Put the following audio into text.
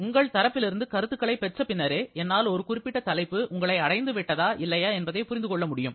உங்கள் தரப்பிலிருந்து கருத்துக்களைப் பெற்ற பின்னரே என்னால் ஒரு குறிப்பிட்ட தலைப்பு உங்களை அடைந்துவிட்டதா இல்லையா என்பதை புரிந்து கொள்ள முடியும்